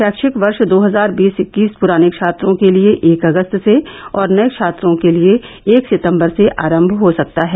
शैक्षिक वर्ष दो हजार बीस इक्कीस पुराने छात्रों के लिए एक अगस्त से और नए छात्रों के लिए एक सितम्बर से आरम्भ हो सकता है